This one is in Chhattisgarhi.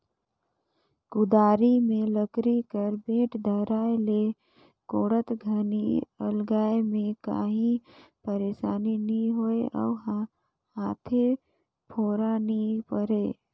कुदारी मे लकरी कर बेठ धराए ले कोड़त घनी अलगाए मे काही पइरसानी नी होए अउ हाथे फोरा नी परे